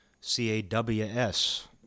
C-A-W-S